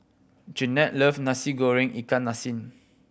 Jennette love Nasi Goreng ikan masin